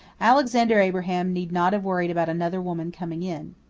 alexander abraham need not have worried about another woman coming in.